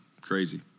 crazy